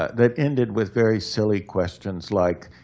that ended with very silly questions like,